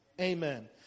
Amen